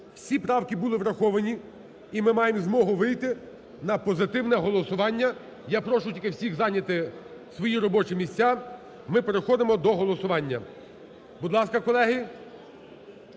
Всі правки були враховані, і ми маємо змогу вийти на позитивне голосування. Я прошу тільки всіх зайняти свої робочі місця. Ми переходимо до голосування. Будь ласка, колеги,